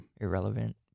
irrelevant